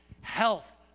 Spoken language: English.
health